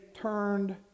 turned